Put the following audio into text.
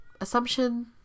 assumption